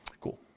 Cool